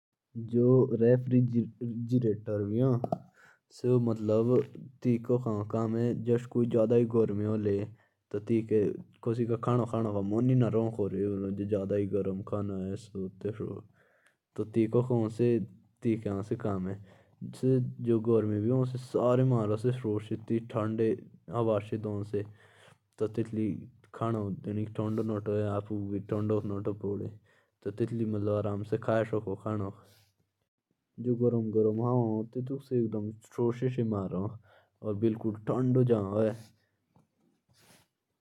जैसे अगर हम खाना खा रहे होंगे। और खाना गरम है तो उसे वो ठंडा कर देगा जल्दी में ही। जो वो मशीन है।